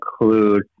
include